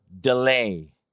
delay